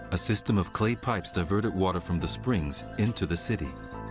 a system of clay pipes diverted water from the springs into the city.